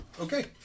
Okay